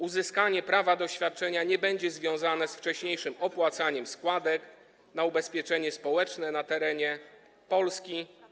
Uzyskanie prawa do świadczenia nie będzie związane z wcześniejszym opłacaniem składek na ubezpieczenie społeczne na terenie Polski.